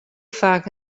faak